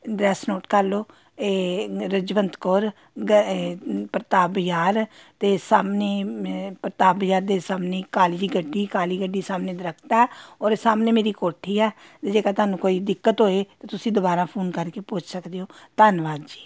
address ਨੋਟ ਕਰ ਲਓ ਇਹ ਰਜਵੰਤ ਕੌਰ ਪ੍ਰਤਾਪ ਬਾਜ਼ਾਰ ਅਤੇ ਸਾਹਮਣੇ ਮੇ ਪ੍ਰਤਾਪ ਬਜ਼ਾਰ ਦੇ ਸਾਹਮਣੇ ਕਾਲੀ ਜਿਹੀ ਗੱਡੀ ਕਾਲੀ ਗੱਡੀ ਸਾਹਮਣੇ ਦਰਖਤ ਆ ਔਰ ਸਾਹਮਣੇ ਮੇਰੀ ਕੋਠੀ ਹੈ ਜੇਕਰ ਤੁਹਾਨੂੰ ਕੋਈ ਦਿੱਕਤ ਹੋਏ ਤਾਂ ਤੁਸੀਂ ਦੁਬਾਰਾ ਫੋਨ ਕਰਕੇ ਪੁੱਛ ਸਕਦੇ ਹੋ ਧੰਨਵਾਦ ਜੀ